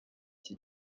iki